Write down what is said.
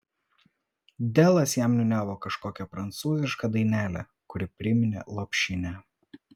delas jam niūniavo kažkokią prancūzišką dainelę kuri priminė lopšinę